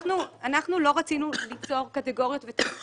אנחנו לא רצינו ליצור קטגוריות ותתי-קטגוריות